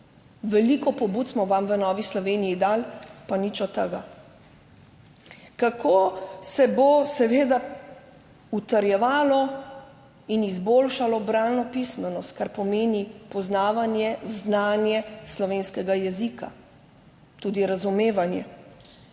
Veliko pobud smo vam v Novi Sloveniji dali, pa nič od tega. Kako se bo seveda utrjevalo in izboljšalo bralno pismenost, kar pomeni poznavanje, znanje slovenskega jezika, tudi razumevanje.